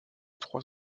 trois